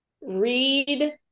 Read